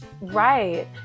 Right